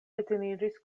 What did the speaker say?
edziniĝis